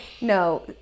No